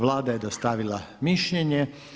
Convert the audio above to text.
Vlada je dostavila mišljenje.